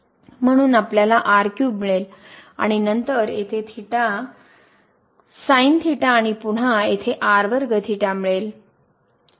म्हणून आपल्याला मिळेल आणि नंतर येथे येथे sin theta आणि पुन्हा येथे मिळेल